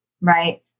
Right